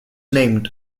named